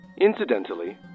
Incidentally